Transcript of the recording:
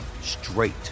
straight